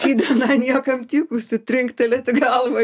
ši diena niekam tikusi trinktelėti galvą